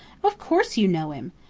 of course you know him.